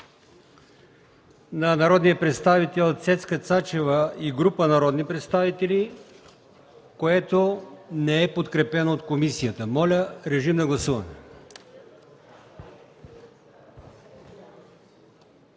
от народните представители Цецка Цачева и група народни представители по чл. 207, което не е подкрепено от комисията. Моля, режим на гласуване.